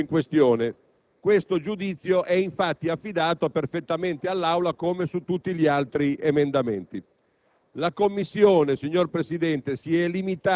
delle scelte operate dal Governo nell'emendamento in questione. Questo giudizio è infatti affidato perfettamente all'Aula come su tutti gli altri emendamenti.